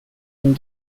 and